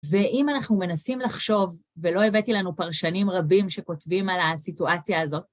ואם אנחנו מנסים לחשוב, ולא הבאתי לנו פרשנים רבים שכותבים על הסיטואציה הזאת,